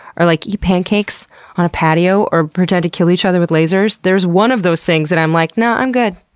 or like eat pancakes on a patio, or pretend to kill each other with lasers? there's one of those things that i'm like, nah, i'm good.